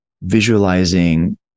visualizing